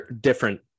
different